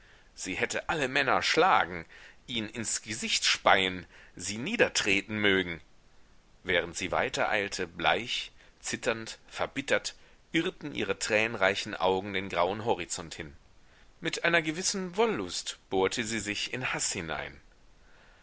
sie hätte alle männer schlagen ihnen ins gesicht speien sie niedertreten mögen während sie weitereilte bleich zitternd verbittert irrten ihre tränenreichen augen den grauen horizont hin mit einer gewissen wollust bohrte sie sich in haß hinein